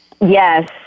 Yes